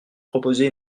proposé